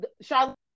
Charlotte